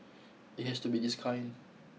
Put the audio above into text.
it has to be this kind